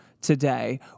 today